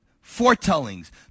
foretellings